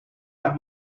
las